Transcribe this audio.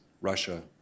Russia